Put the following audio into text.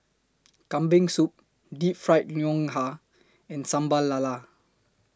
Kambing Soup Deep Fried Ngoh Hiang and Sambal Lala